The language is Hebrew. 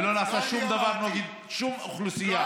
ולא נעשה שום דבר נגד שום אוכלוסייה.